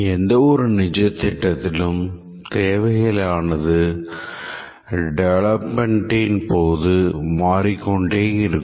எந்த ஒரு நிஜ திட்டத்திலும் தேவைகள் ஆனது development இன் போது மாறிக்கொண்டே இருக்கும்